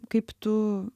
kaip tu